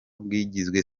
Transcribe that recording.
bwagizwe